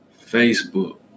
Facebook